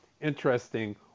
interesting